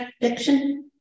fiction